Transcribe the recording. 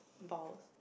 balls